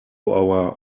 our